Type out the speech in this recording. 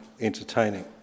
entertaining